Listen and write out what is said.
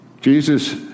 Jesus